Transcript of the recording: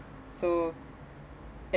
so